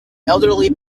elderly